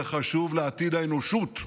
זה חשוב לעתיד האנושות.